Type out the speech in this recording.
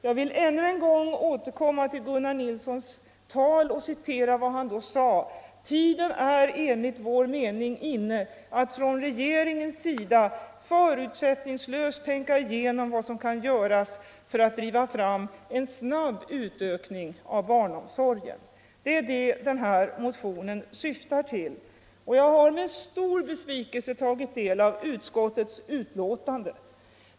Jag vill ännu en gång återkomma till Gunnar Nilssons tal och citera vad han då sade: ”Tiden är enligt vår mening inne att från regeringens sida förutsättningslöst tänka igenom vad som kan göras för att driva fram en snabb utökning av barnomsorgen.” Det är detta den här motionen syftar till. Jag har med stor besvikelse tagit del av utskottets betänkande.